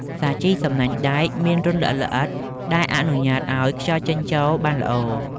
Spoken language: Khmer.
សាជីសំណាញ់ដែកមានរន្ធល្អិតៗដែលអនុញ្ញាតឱ្យខ្យល់ចេញចូលបានល្អ។